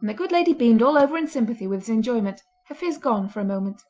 and the good lady beamed all over in sympathy with his enjoyment, her fears gone for a moment.